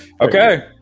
Okay